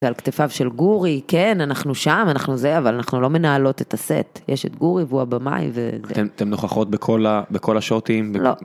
ועל כתפיו של גורי, כן, אנחנו שם, אנחנו זה, אבל אנחנו לא מנהלות את הסט. יש את גורי והוא הבמאי, וזה... אתן נוכחות בכל השוטים? לא.